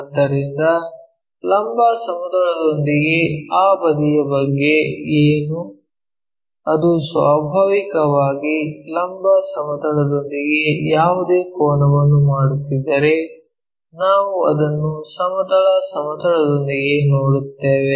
ಆದ್ದರಿಂದ ಲಂಬ ಸಮತಲದೊಂದಿಗೆ ಆ ಬದಿಯ ಬಗ್ಗೆ ಏನು ಅದು ಸ್ವಾಭಾವಿಕವಾಗಿ ಲಂಬ ಸಮತಲದೊಂದಿಗೆ ಯಾವುದೇ ಕೋನವನ್ನು ಮಾಡುತ್ತಿದ್ದರೆ ನಾವು ಅದನ್ನು ಸಮತಲ ಸಮತಲದಲ್ಲಿ ನೋಡುತ್ತೇವೆ